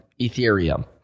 Ethereum